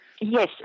yes